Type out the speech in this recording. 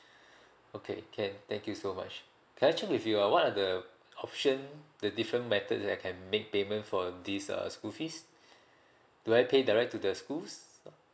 okay can thank you so much can I check with you uh what are the option the different method that I can make payment for this uh school fees do I pay direct to the schools